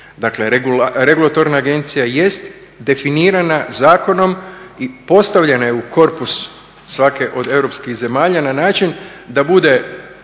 dakle regulatorna agencija jest definirana zakonom i postavljena je u korpus svake od europskih zemalja na način da bude